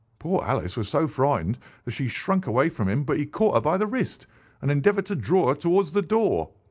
poor alice was so frightened that she shrunk away from him, but he caught her by the wrist and endeavoured to draw her towards the door.